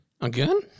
Again